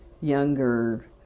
younger